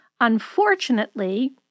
Unfortunately